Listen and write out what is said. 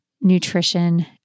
nutrition